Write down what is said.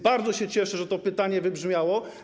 Bardzo się cieszę, że to pytanie wybrzmiało.